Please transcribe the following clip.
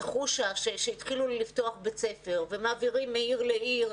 חושה שהתחילו לפתוח בית ספר ומעבירים ילדים מעיר לעיר,